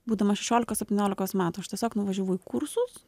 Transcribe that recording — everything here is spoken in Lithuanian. būdama šešiolikos septyniolikos metų aš tiesiog nuvažiavau į kursus